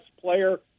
player